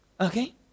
Okay